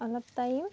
অলপ টাইম